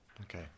Okay